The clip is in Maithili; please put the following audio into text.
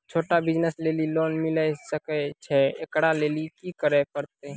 छोटा बिज़नस लेली लोन मिले सकय छै? एकरा लेली की करै परतै